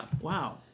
Wow